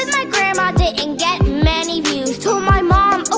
like grandma didn't and get many views told my mom, ah